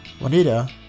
Juanita